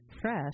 Fresh